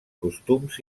costums